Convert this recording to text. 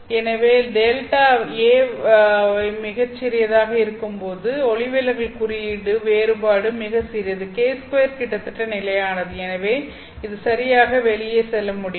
எனவே delta A மிகச் சிறியதாக இருக்கும்போது ஒளிவிலகல் குறியீட்டு வேறுபாடு மிகச் சிறியது k2 கிட்டத்தட்ட நிலையானது எனவே இது சரியாக வெளியே செல்ல முடியுமா